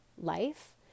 life